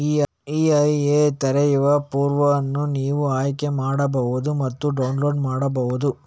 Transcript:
EIA ತೆರೆಯುವ form ಅನ್ನು ನೀವು ಆಯ್ಕೆ ಮಾಡಬಹುದು ಮತ್ತು ಡೌನ್ಲೋಡ್ ಮಾಡಬಹುದು